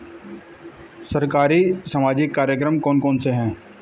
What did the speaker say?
सरकारी सामाजिक कार्यक्रम कौन कौन से हैं?